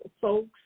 folks